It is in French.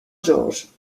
georges